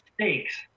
steaks